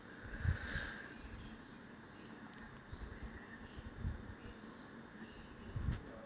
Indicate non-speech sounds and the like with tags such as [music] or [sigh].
[breath]